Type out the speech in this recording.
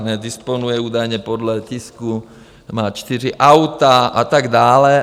Disponuje údajně, podle tisku má čtyři auta, a tak dále.